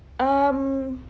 um